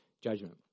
judgment